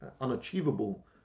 unachievable